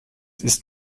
ist